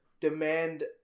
demand